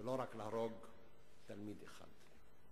ולא להרוג רק תלמיד אחד.